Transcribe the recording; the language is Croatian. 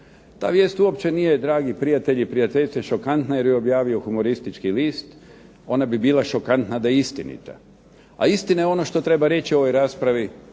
Ta vijest uopće nije dragi prijatelji i prijateljice šokantna jer ju je objavio humoristički list, ona bi bila šokantna da je istinita. A istina je ono što treba reći u ovoj raspravi